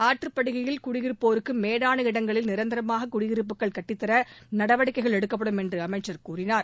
ஆற்றுப் படுகையில் குடியிருப்போருக்கு மேடான இடங்களில் நிரந்தரமாக குடியிருப்புகள் கட்டித்தர நடவடிக்கைகள் எடுக்கப்படும் என்று அமைச்சர் கூறினார்